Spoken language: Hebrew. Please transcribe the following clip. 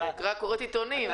אני רק קוראת עיתונים.